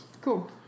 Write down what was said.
Cool